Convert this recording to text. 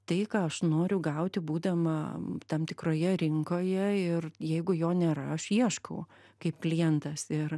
tai ką aš noriu gauti būdama tam tikroje rinkoje ir jeigu jo nėra aš ieškau kaip klientas ir